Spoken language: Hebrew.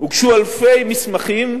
הוגשו אלפי מסמכים,